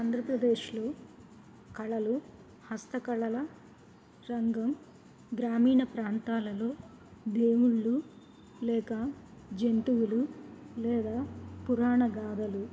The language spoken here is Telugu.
ఆంధ్రప్రదేశ్లో కళలు హస్తకళల రంగం గ్రామీణ ప్రాంతాలలో దేవుళ్ళు లేక జంతువులు లేదా పురాణ గాథలు